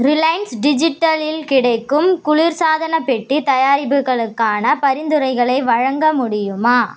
Reliance டிஜிட்டலில் கிடைக்கும் குளிர்சாதனப் பெட்டி தயாரிப்புகளுக்கான பரிந்துரைகளை வழங்க முடியுமா